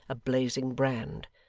a blazing brand.